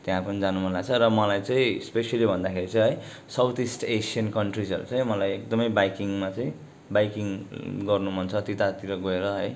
त्यहाँ पनि जानु मन लाछ र मलाई चाहिँ स्पेसियली भन्दाखेरि चाहिँ है साउथ इस्ट एसियन कन्ट्रिसहरू चाहिँ मलाई एकदमै बाइकिङमा चाहिँ बाइकिङ गर्नु मन छ त्यतातिर गएर है